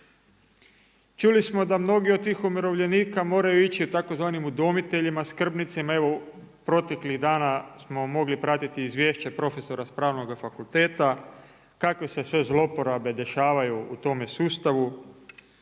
Čuli smo da mnogi od tih umirovljenika moraju ići tzv. udomiteljima, skrbnicima, evo proteklih dana smo mogli pratiti izvješće profesora sa Pravnog fakulteta, kakve se sve zloporabe dešavaju u tome sustavu